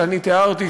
שאני תיארתי,